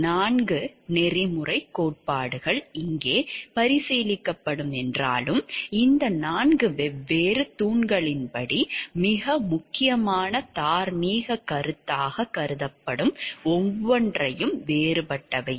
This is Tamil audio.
நான்கு நெறிமுறைக் கோட்பாடுகள் இங்கே பரிசீலிக்கப்படும் என்றாலும் இந்த நான்கு வெவ்வேறு தூண்களின்படி மிக முக்கியமான தார்மீகக் கருத்தாகக் கருதப்படும் ஒவ்வொன்றும் வேறுபட்டவைவே